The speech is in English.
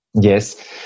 Yes